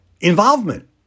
involvement